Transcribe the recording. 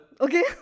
okay